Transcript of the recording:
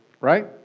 Right